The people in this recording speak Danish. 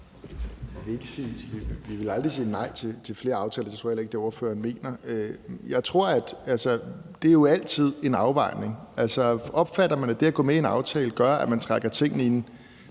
Vi ville aldrig sige nej til flere aftaler. Det tror jeg heller ikke er det, ordføreren mener. Det er jo altid en afvejning. Opfatter man det at gå med i en aftale, som at man trækker tingene i en